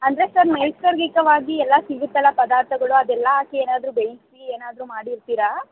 ಅಂದರೆ ಸರ್ ನೈಸರ್ಗಿಕವಾಗಿ ಎಲ್ಲ ಸಿಗುತ್ತಲ್ಲ ಪದಾರ್ಥಗಳು ಅದೆಲ್ಲ ಹಾಕಿ ಏನಾದ್ರೂ ಬೇಯಿಸಿ ಏನಾದ್ರೂ ಮಾಡಿರ್ತೀರಾ